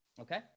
Okay